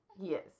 Yes